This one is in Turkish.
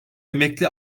emekli